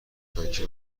پنکه